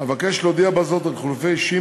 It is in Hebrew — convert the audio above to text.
אבקש להודיע בזאת על חילופי אישים